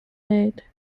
aid